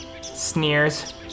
sneers